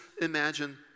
imagine